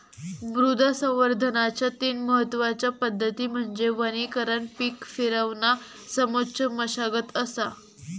मृदा संवर्धनाच्या तीन महत्वच्या पद्धती म्हणजे वनीकरण पीक फिरवणा समोच्च मशागत असा